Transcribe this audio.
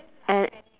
and